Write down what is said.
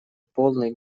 полной